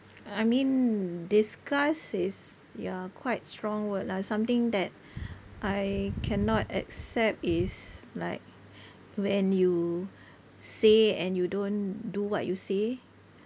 I mean disgust is ya quite strong word lah something that I cannot accept is like when you say and you don't do what you say